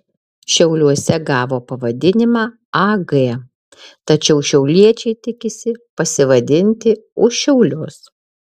šiauliuose gavo pavadinimą ag tačiau šiauliečiai tikisi pasivadinti už šiaulius